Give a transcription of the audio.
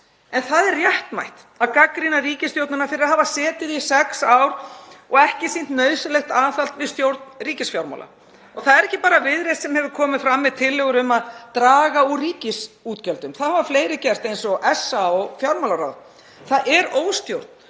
en það er réttmætt að gagnrýna ríkisstjórnina fyrir að hafa setið í sex ár og ekki sýnt nauðsynlegt aðhald við stjórn ríkisfjármála. Það er ekki bara Viðreisn sem hefur komið fram með tillögur um að draga úr ríkisútgjöldum. Það hafa fleiri gert eins og SA og fjármálaráð. Það er óstjórn